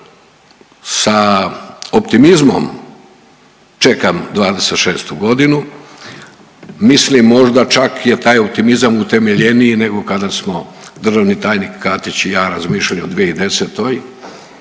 Sa optimizmom čekam 2026. godinu. Mislim možda čak je taj optimizam utemeljeniji nego kada smo državni tajnik Katić i ja razmišljali od 2010. i